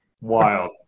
Wild